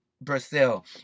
Brazil